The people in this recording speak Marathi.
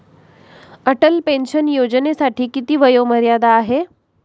अटल पेन्शन योजनेसाठी किती वयोमर्यादा आहे?